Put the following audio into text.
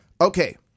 Okay